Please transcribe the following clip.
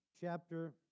chapter